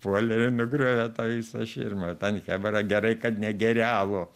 puolė ir nugriovė tą visą širmą ten chebra gerai kad ne gėrė alų